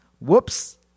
Whoops